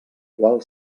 qual